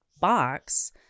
box